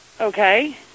Okay